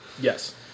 Yes